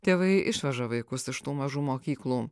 tėvai išveža vaikus iš tų mažų mokyklų